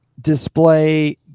display